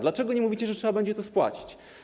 Dlaczego nie mówicie, że trzeba będzie to spłacić?